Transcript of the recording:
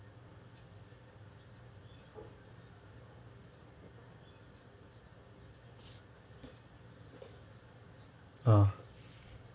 ah